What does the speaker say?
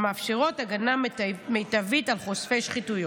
המאפשרות הגנה מיטבית על חושפי שחיתויות.